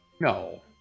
No